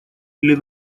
или